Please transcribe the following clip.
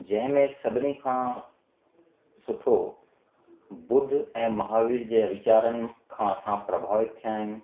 जंहिं में सभिनी खां सुठो बुद्ध ऐं महावीर जे वीचारनि सां असां प्रभावित थियां आहियूं